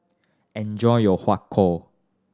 enjoy your Har Kow